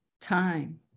time